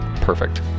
perfect